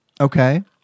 Okay